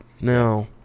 No